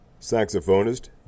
saxophonist